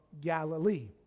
Galilee